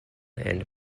and